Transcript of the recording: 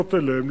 לפנות אליהם,